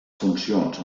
funcions